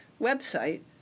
website